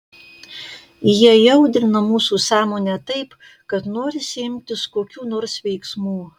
jie įaudrina mūsų sąmonę taip kad norisi imtis kokių nors veiksmų